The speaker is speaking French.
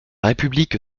république